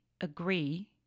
agree